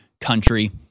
country